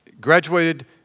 graduated